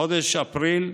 בחודש אפריל: